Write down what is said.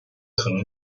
可能